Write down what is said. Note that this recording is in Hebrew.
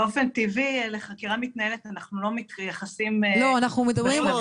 באופן טבעי לחקירה מתנהלת אנחנו לא מתייחסים --- רגע,